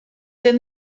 then